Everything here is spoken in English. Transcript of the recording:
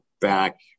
Back